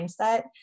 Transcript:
mindset